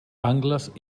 angles